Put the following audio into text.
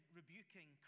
rebuking